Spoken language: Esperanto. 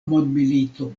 mondmilito